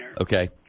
Okay